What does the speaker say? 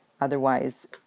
Otherwise